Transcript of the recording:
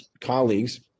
colleagues